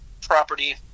property